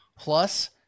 Plus